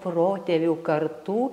protėvių kartų